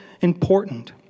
important